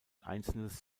einzelnes